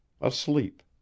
asleep